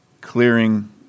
clearing